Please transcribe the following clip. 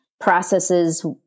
processes